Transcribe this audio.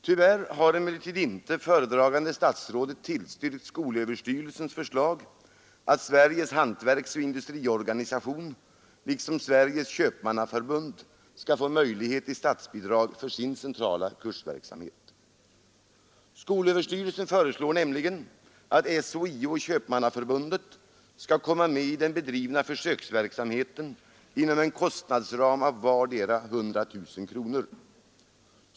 Tyvärr har emellertid inte föredragande statsrådet tillstyrkt skolöverstyrelsens förslag att Sveriges hantverksoch industriorganisation liksom Sveriges köpmannaförbund skall få möjlighet till statsbidrag för sin centrala kursverksamhet. Skolöverstyrelsen föreslår nämligen att SHIO och Köpmannaförbundet skall komma med i den bedrivna försöksverksamheten inom en kostnadsram av vardera 100 000 kronor.